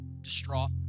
distraught